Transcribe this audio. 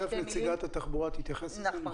תכף נציגת משרד התחבורה תתייחס לזה.